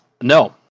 No